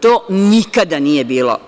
To nikada nije bilo.